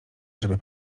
żeby